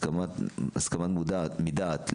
הסכמה מדעת,